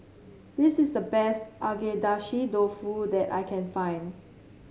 this is the best Agedashi Dofu that I can find